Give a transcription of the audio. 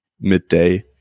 midday